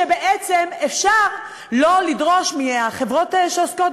שבעצם אפשר לא לדרוש מהחברות האלה,